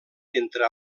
entre